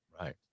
right